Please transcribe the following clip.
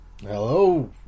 Hello